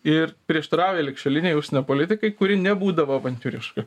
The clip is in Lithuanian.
ir prieštarauja ligšiolinei užsienio politikai kuri nebūdavo avantiūriška